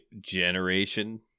generation